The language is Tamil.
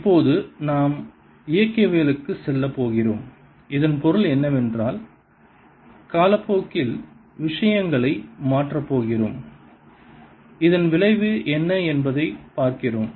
இப்போது நாம் இயக்கவியலுக்குச் செல்லப் போகிறோம் இதன் பொருள் என்னவென்றால் காலப்போக்கில் விஷயங்களை மாற்றப் போகிறோம் இதன் விளைவு என்ன என்பதைப் பார்க்கிறோம்